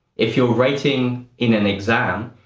if you're writing in an exam,